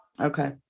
Okay